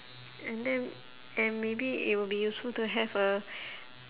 and then and maybe it will be useful to have a